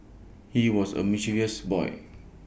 he was A mischievous boy